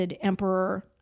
Emperor